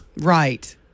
Right